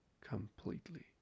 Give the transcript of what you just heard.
Completely